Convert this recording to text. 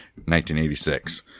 1986